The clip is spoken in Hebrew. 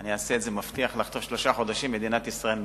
אני מבטיח לך שבתוך שלושה חודשים מדינת ישראל מרושתת.